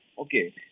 Okay